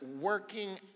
working